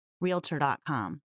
Realtor.com